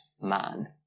man